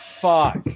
fuck